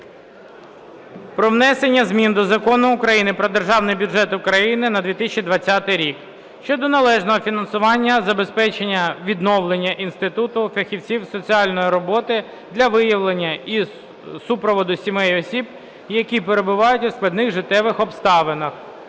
про внесення змін до Закону України "Про Державний бюджет України на 2020 рік" щодо належного фінансового забезпечення відновлення інституту фахівців із соціальної роботи для виявлення і супроводу сімей (осіб), які перебувають у складних життєвих обставинах